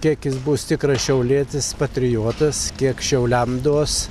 kiek jis bus tikras šiaulietis patriotas kiek šiauliam duos